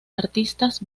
artistas